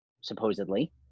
supposedly